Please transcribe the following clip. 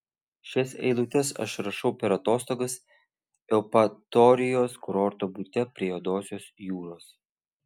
šias eilutes aš rašau per atostogas eupatorijos kurorto bute prie juodosios jūros